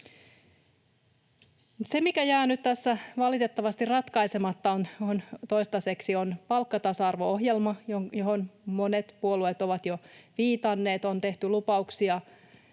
Se, mikä jää nyt tässä valitettavasti ratkaisematta toistaiseksi, on palkkatasa-arvo-ohjelma, johon monet puolueet ovat jo viitanneet. On tehty lupauksia